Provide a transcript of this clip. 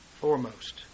foremost